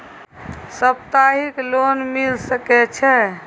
सप्ताहिक लोन मिल सके छै?